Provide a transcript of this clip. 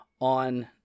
on